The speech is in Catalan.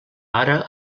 ara